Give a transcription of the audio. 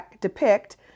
depict